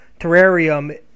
terrarium